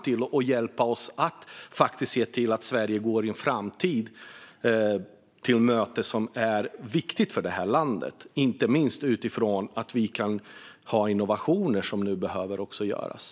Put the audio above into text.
Det kan hjälpa oss att se till att Sverige går en god framtid till mötes. Det här är viktigt för landet. Även innovationer behövs.